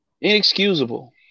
Inexcusable